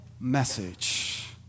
message